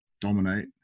dominate